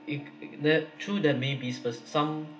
if that true there may be spe~ some